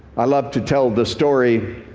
i love to tell the story,